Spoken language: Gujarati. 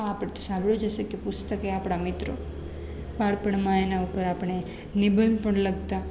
આપણ તે સારુ જ છે કે પુસ્તક એ આપણા મિત્રો બાળપણમાં એના ઉપર આપણે નિબંધ પણ લખાતા